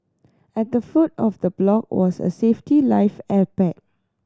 at the foot of the block was a safety life air pack